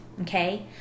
okay